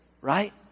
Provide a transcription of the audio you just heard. right